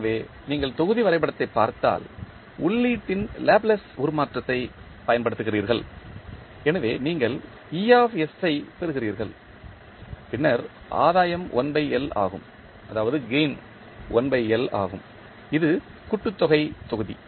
எனவே நீங்கள் தொகுதி வரைபடத்தைப் பார்த்தால் உள்ளீட்டின் லேப்ளேஸ் உருமாற்றத்தைப் பயன்படுத்துகிறீர்கள் எனவே நீங்கள் e ஐ பெறுகிறீர்கள் பின்னர் ஆதாயம் ஆகும் இது கூட்டுத்தொகை தொகுதி